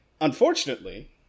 Unfortunately